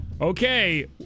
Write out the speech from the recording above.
okay